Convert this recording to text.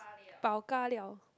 pao-ka-liao